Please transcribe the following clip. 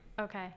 Okay